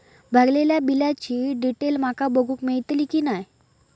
भरलेल्या बिलाची डिटेल माका बघूक मेलटली की नाय?